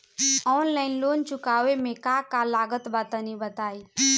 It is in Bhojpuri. आनलाइन लोन चुकावे म का का लागत बा तनि बताई?